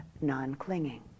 non-clinging